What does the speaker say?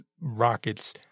rockets